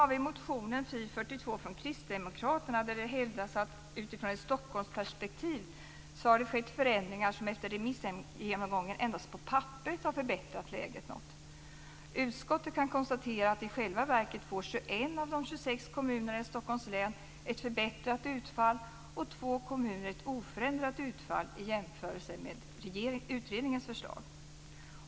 I motion Fi42 från Kristdemokraterna hävdas att utifrån ett Stockholmsperspektiv har de förändringar som skett efter remissomgången endast på papperet förbättrat läget något. Utskottet kan konstatera att i själva verket får 21 av de 26 kommunerna i Stockholms län ett förbättrat utfall och två kommuner ett oförändrat utfall i jämförelse med utredningens förslag.